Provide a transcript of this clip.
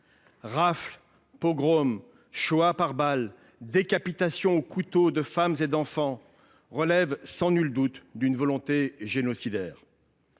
Rafles, pogroms, Shoah par balles, décapitations au couteau de femmes et d’enfants relèvent, sans nul doute, d’une volonté génocidaire.